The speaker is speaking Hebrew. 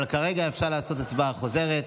כרגע אפשר לעשות הצבעה חוזרת.